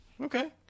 Okay